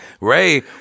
Ray